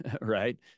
right